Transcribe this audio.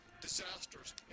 disasters